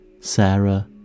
Sarah